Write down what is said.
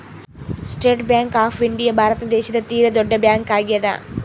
state bank of India Bharat ದೇಶದ ತೀರ ದೊಡ್ಡ ಬ್ಯಾಂಕ್ ಆಗ್ಯಾದ